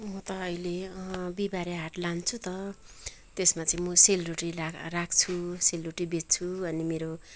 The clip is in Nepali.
म त अहिले बिहिबारे हाट लान्छु त त्यसमा चाहिँ म सेलरोटी ला राख्छु सेलरोटी बेच्छु अनि मेरो